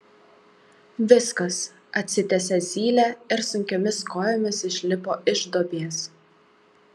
viskas atsitiesė zylė ir sunkiomis kojomis išlipo iš duobės